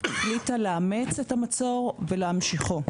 החליטה לאמץ את המצור ולהמשיכו.